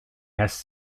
has